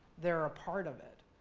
they're a part of it.